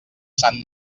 sant